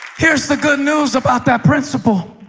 here's the good news about that principle.